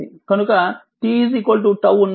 కనుక t τ ఉన్నప్పుడు అది 0